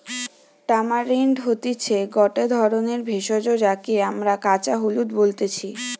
tamarind হতিছে গটে ধরণের ভেষজ যাকে আমরা কাঁচা হলুদ বলতেছি